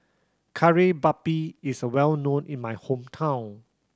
Kari Babi is a well known in my hometown